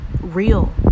real